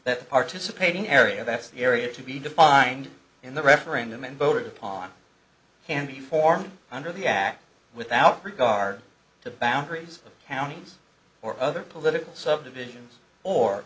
that participating area that's the area to be defined in the referendum and voted upon can be formed under the act without regard to boundaries of counties or other political subdivisions or